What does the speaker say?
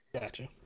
Gotcha